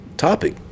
topic